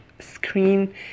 screen